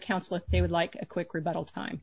counsel they would like a quick rebuttal time